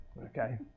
okay